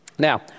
Now